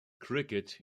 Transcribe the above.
cricket